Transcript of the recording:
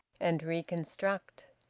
and reconstruct.